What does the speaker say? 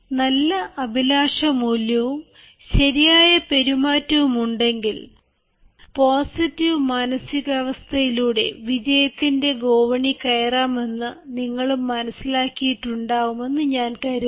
നല്ല അഭിലാഷ മൂല്യവും ശരിയായ പെരുമാറ്റവും ഉണ്ടെങ്കിൽ പോസിറ്റീവ് മാനസികാവസ്ഥയിലൂടെ വിജയത്തിൻറെ ഗോവണി കയറാമെന്ന് നിങ്ങളും മനസ്സിലാക്കിയിട്ടുണ്ടാവുമെന്നു ഞാൻ കരുതുന്നു